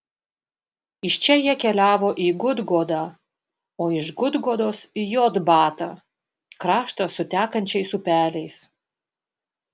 iš čia jie keliavo į gudgodą o iš gudgodos į jotbatą kraštą su tekančiais upeliais